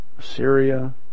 Syria